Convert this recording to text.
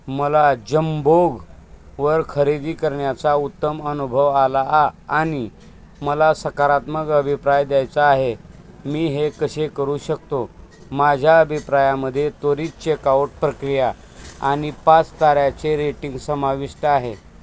मला जमबोगवर खरेदी करण्याचा उत्तम अनुभव आला आ आणि मला सकारात्मक अभिप्राय द्यायचा आहे मी हे कसे करू शकतो माझ्या अभिप्रायामध्ये त्वरित चेकआउट प्रक्रिया आणि पाच ताऱ्याचे रेटिंग समाविष्ट आहे